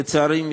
לצערי,